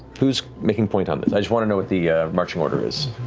who's making point on this? i just want to know what the marching order is